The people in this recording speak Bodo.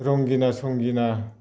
रंगिना संगिना